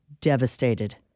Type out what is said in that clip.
devastated